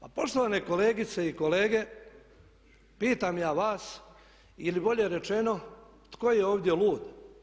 Pa poštovane kolegice i kolege pitam ja vas ili bolje rečeno tko je ovdje lud?